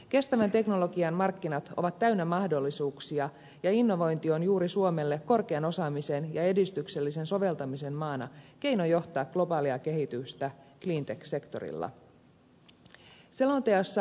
kestävän teknologian markkinat ovat täynnä mahdollisuuksia ja innovointi on juuri suomelle korkean osaamisen ja edistyksellisen soveltamisen maana keino johtaa globaalia kehitystä cleantech sektorilla